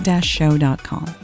show.com